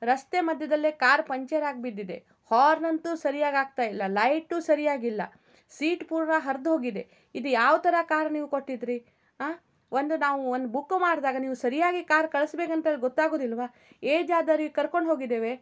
ರಸ್ತೆ ಮಧ್ಯದಲ್ಲೇ ಕಾರ್ ಪಂಚರಾಗಿ ಬಿದ್ದಿದೆ ಹಾರ್ನ್ ಅಂತೂ ಸರಿಯಾಗಾಗ್ತಾಯಿಲ್ಲ ಲೈಟು ಸರಿಯಾಗಿಲ್ಲ ಸೀಟ್ ಪೂರ ಹರಿದೋಗಿದೆ ಇದು ಯಾವ ಥರ ಕಾರ್ ನೀವು ಕೊಟ್ಟಿದ್ರಿ ಆ ಒಂದು ನಾವು ಒಂದು ಬುಕ್ ಮಾಡಿದಾಗ ನೀವು ಸರಿಯಾಗಿ ಕಾರ್ ಕಳಿಸ್ಬೇಕಂತೇಳಿ ಗೊತ್ತಾಗೋದಿಲ್ವಾ ಏಜಾದವರಿಗೆ ಕರ್ಕೊಂಡು ಹೋಗಿದ್ದೇವೆ